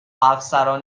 افسران